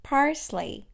Parsley